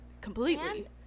completely